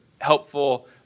helpful